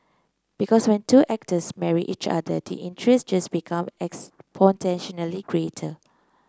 because when two actors marry each other the interest just become exponentially greater